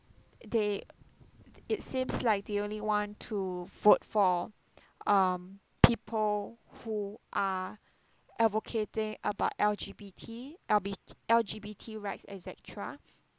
they it seems like they only want to vote for um people who are advocating about L_G_B_T L_B L_G_B_T reps et cetera